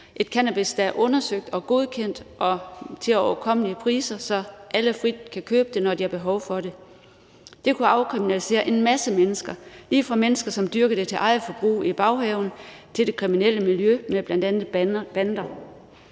– cannabis, der er undersøgt og godkendt, og som kan fås til overkommelige priser, så alle frit kan købe det, når de har behov for det. Det kunne afkriminalisere en masse mennesker, lige fra mennesker, som dyrker det i baghaven til eget forbrug, til det kriminelle miljø med bl.a. bander.